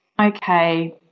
okay